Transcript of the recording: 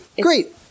Great